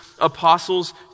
apostles